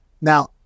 Now